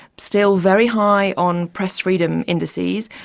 still very high on press freedom indices,